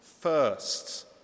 first